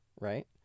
right